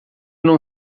não